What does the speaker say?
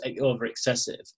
over-excessive